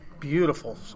Beautiful